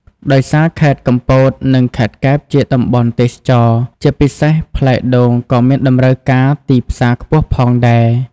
ដោយសារខេត្តកំពត និងខេត្តកែបជាតំបន់ទេសចរណ៍ ជាពិសេសផ្លែដូងក៏មានតម្រូវការទីផ្សារខ្ពស់ផងដែរ។